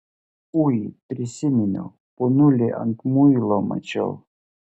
ui prisiminiau ponulį ant muilo mačiau